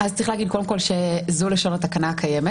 אז צריך להגיד קודם כל שזו לשון התקנה הקיימת,